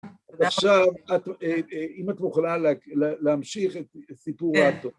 ועכשיו, אם את מוכנה להמשיך את סיפור ה...